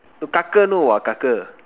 you know ah